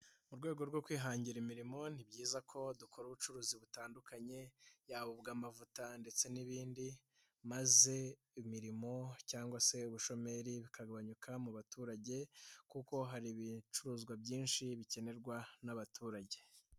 Mu rwego rwo kwihangira imirimo ni byiza ko dukora ubucuruzi butandukanye yaba ubw'amavuta ndetse n'ibindi maze imirimo cyangwa se ubushomeri bikagabanyuka mu baturage kuko hari ibicuruzwa byinshi bikenerwa n'abaturage.